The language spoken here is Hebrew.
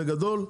בגדול,